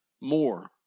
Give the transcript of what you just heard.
more